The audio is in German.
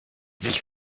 sich